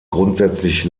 grundsätzlich